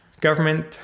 Government